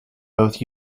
both